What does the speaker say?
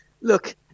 look